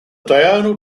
diurnal